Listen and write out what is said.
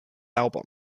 album